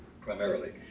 primarily